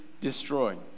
destroyed